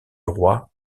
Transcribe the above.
roi